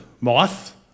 moth